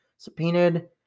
Subpoenaed